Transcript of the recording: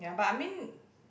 ya but I mean